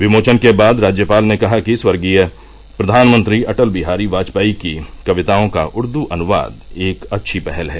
विमोचन के बाद राज्यपाल ने कहा कि स्वर्गीय प्रधानमंत्री अटल बिहारी बाजपेयी की कविताओं का उर्दू अनुवाद एक अच्छी पहल है